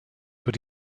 but